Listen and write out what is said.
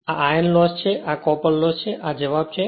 આ iron loss છે અને આ કોપર લોસ છે અને આ જવાબ છે